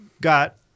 got